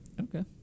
Okay